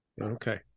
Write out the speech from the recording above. Okay